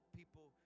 people